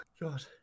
God